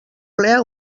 ple